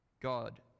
God